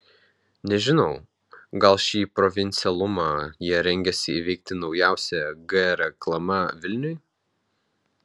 nežinau gal šį provincialumą jie rengiasi įveikti naujausia g reklama vilniui